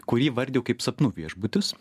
kurį įvardijau kaip sapnų viešbutis